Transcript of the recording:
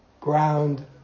ground